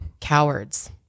cowards